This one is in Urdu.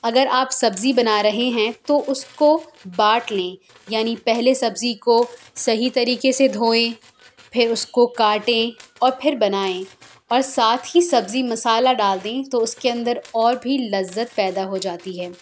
اگر آپ سبزی بنا رہے ہیں تو اس کو باٹ لیں یعنی پہلے سبزی کو صحیح طریقے سے دھوئیں پھر اس کو کاٹیں اور پھر بنائیں اور ساتھ ہی سبزی مسالہ ڈال دیں تو اس کے اندر اور بھی لذت پیدا ہو جاتی ہے